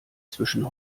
zwischen